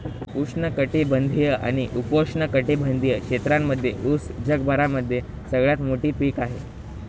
उष्ण कटिबंधीय आणि उपोष्ण कटिबंधीय क्षेत्रांमध्ये उस जगभरामध्ये सगळ्यात मोठे पीक आहे